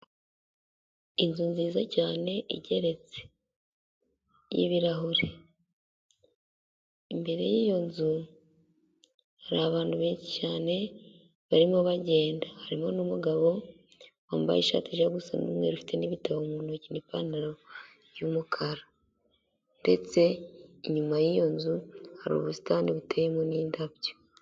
Inzu nziza cyane igeretse y'ibirahure, imbere y'iyo nzu hari abantu benshi cyane barimo bagenda, harimo n'umugabo wambaye ishati ijya gusa n'umweru ufite n'ibitabo mu ntoki n'ipantaro y'umukara, ndetse inyuma y'iyo nzu hari ubusitani buteyemo indabyo.